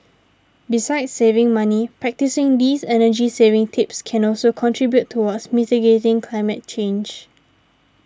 besides saving money practising these energy saving tips can also contribute towards mitigating climate change